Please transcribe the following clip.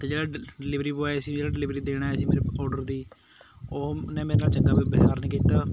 ਅਤੇ ਜਿਹੜਾ ਡਿਲ ਡਿਲੀਵਰੀ ਬੋਆਏ ਸੀ ਜਿਹੜਾ ਡਿਲੀਵਰੀ ਦੇਣ ਆਇਆ ਸੀ ਮੇਰੇ ਔਡਰ ਦੀ ਉਹ ਉਹਨੇ ਮੇਰੇ ਨਾਮ ਚੰਗਾ ਵਿਵਹਾਰ ਨਹੀਂ ਕੀਤਾ